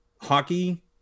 hockey